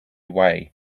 way